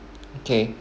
okay